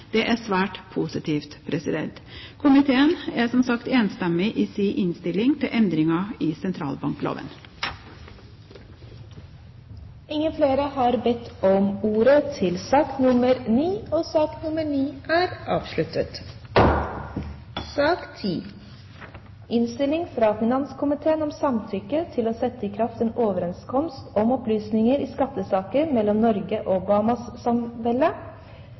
Det er svært positivt. Komiteen er, som sagt, enstemmig i sin innstilling til endringer i sentralbankloven. Flere har ikke bedt om ordet til sak nr. 9. Ingen har bedt om ordet. Saken gjelder lån fra Norge til Latvia, og innstillingen er